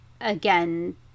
again